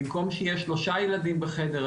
במקום שיהיה שלושה ילדים בחדר,